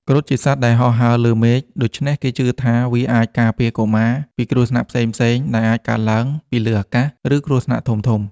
គ្រុឌជាសត្វដែលហោះហើរលើមេឃ ដូច្នេះគេជឿថាវាអាចការពារកុមារពីគ្រោះថ្នាក់ផ្សេងៗដែលអាចកើតឡើងពីលើអាកាស ឬគ្រោះថ្នាក់ធំៗ។